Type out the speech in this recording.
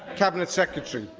cabinet secretary?